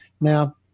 Now